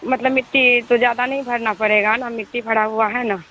मतलब मिट्टी तो ज़्यादा नहीं भरना पड़ेगा ना मिट्टी भड़ा हुआ है ना